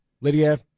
Lydia